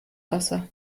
wasser